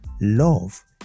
Love